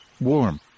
warm